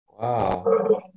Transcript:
Wow